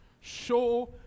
show